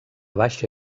baixa